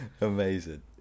Amazing